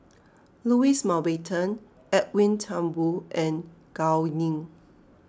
Louis Mountbatten Edwin Thumboo and Gao Ning